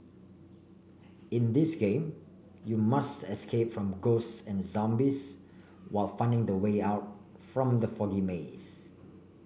in this game you must escape from ghosts and zombies while finding the way out from the foggy maze